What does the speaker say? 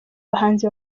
bahanzi